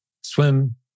swim